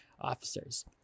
officers